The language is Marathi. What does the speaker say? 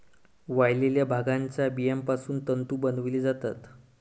वाळलेल्या भांगाच्या बियापासून तंतू बनवले जातात